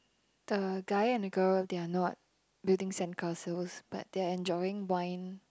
the guy and a girl they are not building sand castles but they are enjoying wine